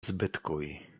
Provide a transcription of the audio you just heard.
zbytkuj